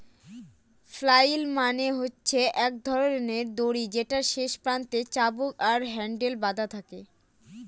flail মানে হচ্ছে এক ধরনের দড়ি যেটার শেষ প্রান্তে চাবুক আর হ্যান্ডেল বাধা থাকে